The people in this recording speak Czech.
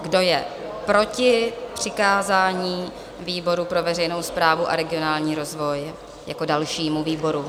Kdo je proti přikázání výboru pro veřejnou správu a regionální rozvoj jako dalšímu výboru?